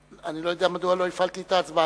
אני לא יודע מדוע לא הפעלתי את ההצבעה.